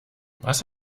was